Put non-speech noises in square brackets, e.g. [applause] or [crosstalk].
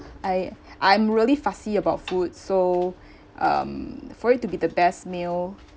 I I'm really fussy about food so [breath] um for it to be the best meal